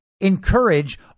encourage